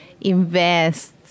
invest